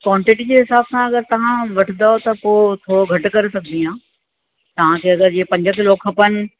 quantity से हिसाब सां अगरि तव्हां वठंदव त थोरो घटि करे सघंदी आहियां तव्हांखे अगरि जीअं पंज किलो खपनि